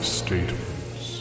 statements